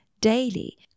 daily